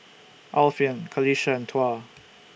Alfian Qalisha and Tuah